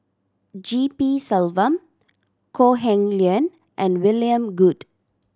G P Selvam Kok Heng Leun and William Goode